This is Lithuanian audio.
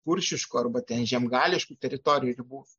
kuršiškų arba ten žiemgalių teritorijų ribos